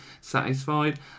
satisfied